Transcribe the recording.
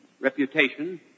reputation